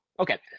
Okay